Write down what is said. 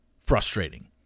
frustrating